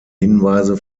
hinweise